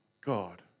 God